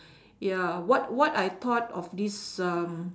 ya what what I thought of this um